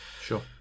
sure